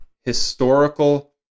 historical